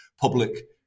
public